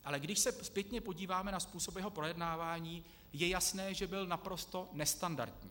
Ale když se zpětně podíváme na způsob jeho projednávání, je jasné, že byl naprosto nestandardní.